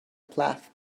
plath